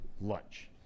lunch